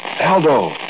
Aldo